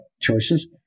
choices